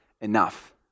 enough